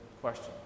question